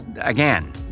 again